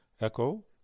Echo